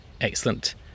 Excellent